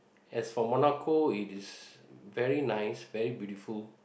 as for Morocco it is very nice very beautiful